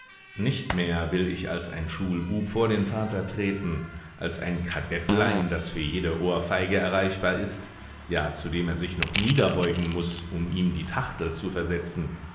nicht mehr will ich als ein schulbub vor den vater treten als ein kadettlein das für jede ohrfeige erreichbar ist ja zu dem er sich noch niederbeugen muß um ihm die tachtel zu versetzen